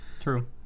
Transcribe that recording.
true